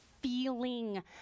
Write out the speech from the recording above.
feeling